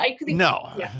No